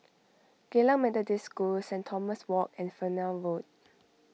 Geylang Methodist School Saint Thomas Walk and Fernvale Road